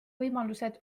võimalused